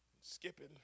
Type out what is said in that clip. skipping